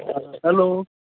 hello